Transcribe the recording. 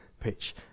pitch